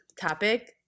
topic